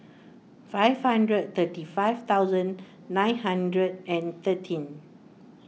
five hundred thirty five thousand nine hundred and thirteen